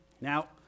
Now